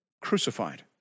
crucified